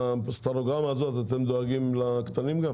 ובפלנוגרמה הזו אתם דואגים גם לספקים הקטנים?